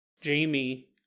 Jamie